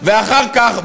ואחר כך,